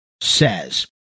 says